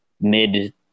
mid